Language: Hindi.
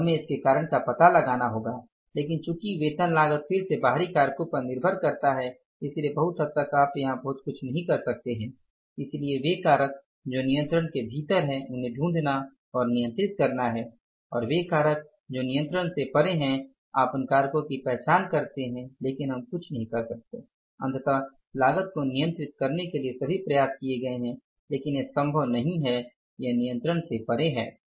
और हमें इसके कारण का पता लगाना होगा लेकिन चूंकि वेतन लागत फिर से बाहरी कारकों पर निर्भर करता है इसलिए बहुत हद तक आप यहां बहुत अधिक कुछ नही कर सकते हैं इसलिए वे कारक जो नियंत्रण के भीतर हैं उन्हें ढूंढना और नियंत्रित करना है और वे कारक जो नियंत्रण से परे हैं आप उन कारकों की पहचान करते हैं लेकिन हम कुछ नहीं कर सकते अंततः लागत को नियंत्रित करने के लिए सभी प्रयास किए गए हैं लेकिन यह संभव नहीं है यह नियंत्रण से परे है